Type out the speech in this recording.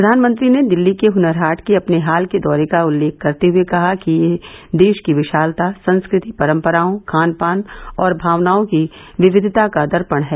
प्रधानमंत्री ने दिल्ली के हुनर हाट के अपने हाल के दौरे का उल्लेख करते हुए कहा कि यह देश की विशालता संस्कृति परम्पराओं खान पान और भावनाओं की विविधता का दर्पण है